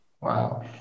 Wow